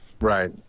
Right